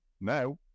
Now